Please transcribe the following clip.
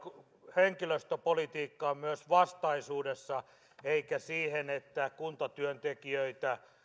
henkilöstöpolitiikkaan myös vastaisuudessa eikä siihen että kuntatyöntekijöitä